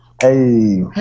Hey